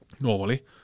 normally